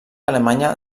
alemanya